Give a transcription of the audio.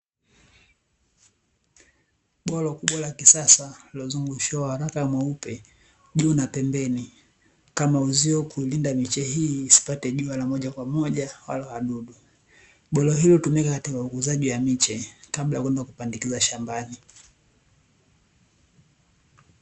Bwalo kubwa la kisasa lililozungushiwa waraka mweupe, juu na pembeni kama uzio kulinda miche hii isipate jua la moja kwa moja wala wadudu. Bwalo hili hutumika katika ukuzaji wa miche, kabla ya kwenda kupandikiza shambani.